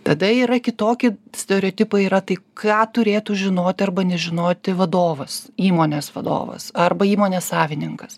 tada yra kitokie stereotipai yra tai ką turėtų žinoti arba nežinoti vadovas įmonės vadovas arba įmonės savininkas